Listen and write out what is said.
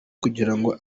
kugirango